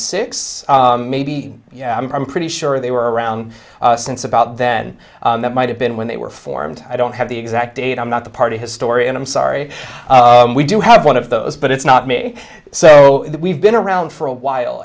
six maybe yeah i'm pretty sure they were around since about that that might have been when they were formed i don't have the exact date i'm not the party historian i'm sorry we do have one of those but it's not me so we've been around for a while